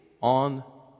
on